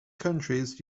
countries